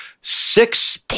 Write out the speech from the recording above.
six